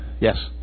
Yes